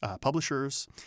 Publishers